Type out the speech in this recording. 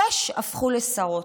שש הפכו לשרות.